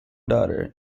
daughter